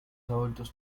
adultos